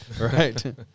Right